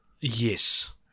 yes